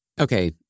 Okay